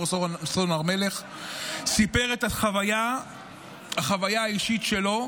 סון הר מלך וסיפר את החוויה האישית שלו,